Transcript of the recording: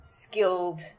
skilled